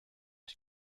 die